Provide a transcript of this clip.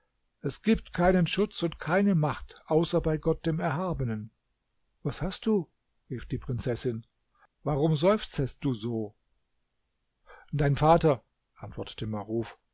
es gibt keinen schutz und keine macht außer bei gott dem erhabenen was hast du rief die prinzessin warum seufzest du so dein vater antwortete maruf